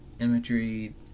imagery